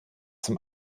zum